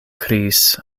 kriis